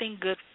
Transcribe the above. good